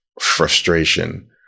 frustration